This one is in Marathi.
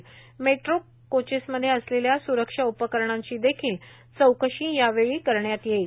तसंच मेट्रो कोचेसमध्ये असलेल्या स्रक्षा उपकरणांची देखील चौकशी यावेळी करण्यात येईल